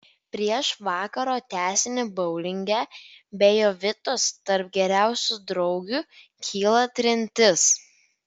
prieš vakaro tęsinį boulinge be jovitos tarp geriausių draugių kyla trintis